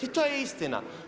I to je istina.